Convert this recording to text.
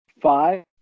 Five